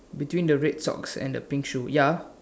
between the red socks and the pink shoe ya